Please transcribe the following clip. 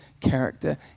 character